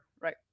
Right